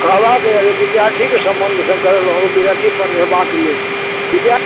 कहलहुँ कि यानि विद्यार्थीके सम्बन्धसँ कहलहुँ विद्यार्थी पढ़ेबाके लेल विद्यार्थी